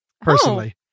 personally